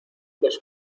los